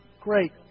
great